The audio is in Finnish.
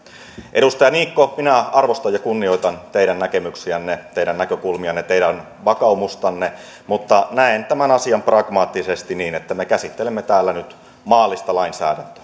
edustaja niikko minä arvostan ja kunnioitan teidän näkemyksiänne teidän näkökulmianne teidän vakaumustanne mutta näen tämän asian pragmaattisesti niin että me käsittelemme täällä nyt maallista lainsäädäntöä